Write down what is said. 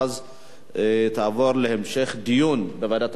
תועבר להמשך דיון בוועדת הכספים.